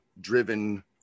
driven